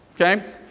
okay